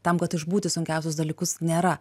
tam kad išbūti sunkiausius dalykus nėra